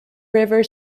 river